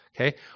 Okay